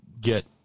get